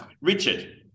Richard